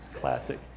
Classic